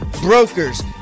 brokers